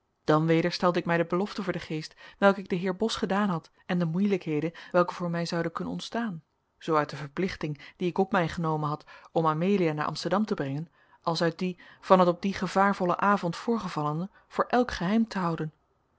dan weder stelde ik mij de belofte voor den geest welke ik den heer bos gedaan had en de moeilijkheden welke voor mij zouden kunnen ontstaan zoo uit de verplichting die ik op mij genomen had om amelia naar amsterdam te brengen als uit die van het op dien gevaarvollen avond voorgevallene voor elk geheim te houden